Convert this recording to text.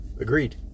Agreed